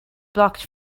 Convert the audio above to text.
blocked